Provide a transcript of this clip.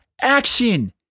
action